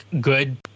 good